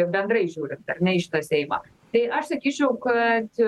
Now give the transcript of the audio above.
bendrai žiūrint ar ne į šitą seimą tai aš sakyčiau kad